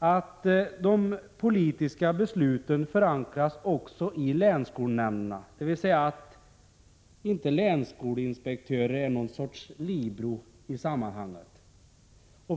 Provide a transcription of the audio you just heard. bör de politiska besluten förankras också i länsskolnämnderna, så att länsskoleinspektören inte fungerar som någon sorts libero i sammanhanget.